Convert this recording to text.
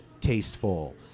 tasteful